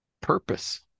purpose